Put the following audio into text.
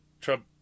Trump